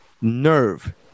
nerve